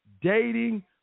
dating